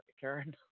Karen